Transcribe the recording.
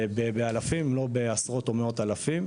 בעשרות אם לא מאות אלפי שקלים.